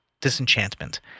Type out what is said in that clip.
disenchantment